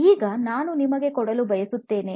ಈಗ ನಾನು ನಿಮಗೆ ಕೊಡಲು ಬಯಸುತ್ತೇನೆ